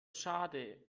schade